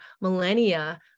millennia